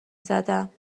زدم